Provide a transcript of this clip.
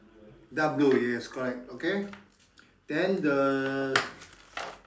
dark blue yes correct okay then the